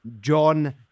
John